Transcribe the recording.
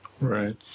Right